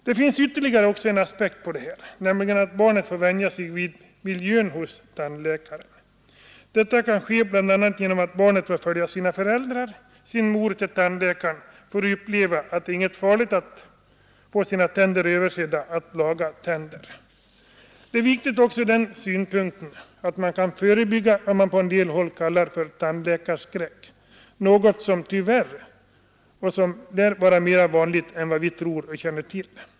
Det finns också en ytterligare aspekt på detta, nämligen att barnet får vänja sig vid miljön hos tandläkaren. Detta kan ske bl.a. genom att barnet får följa sina föräldrar, sin mor, till tandläkaren, får uppleva att det inte är något farligt att få sina tänder översedda och lagade. Det är viktigt också ur den synpunkten att man kan förebygga vad som kallas ”tandläkarskräck”, något som tyvärr är mer vanligt än vi tror och känner till.